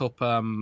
up